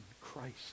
Christ